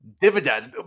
Dividends